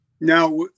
Now